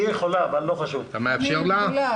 אני יכולה.